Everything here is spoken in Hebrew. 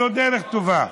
זו דרך טובה.